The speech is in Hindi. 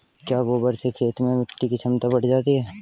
क्या गोबर से खेत में मिटी की क्षमता बढ़ जाती है?